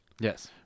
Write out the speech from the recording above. Yes